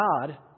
God